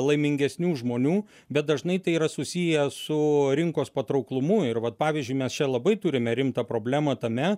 laimingesnių žmonių bet dažnai tai yra susiję su rinkos patrauklumu ir vat pavyzdžiui mes čia labai turime rimtą problemą tame